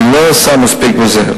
והיא לא עושה מספיק בזה.